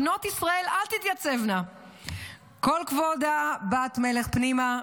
בנות ישראל, אל תתייצבנה, כל כבודה בת מלך פנימה".